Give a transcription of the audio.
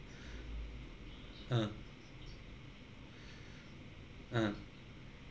uh uh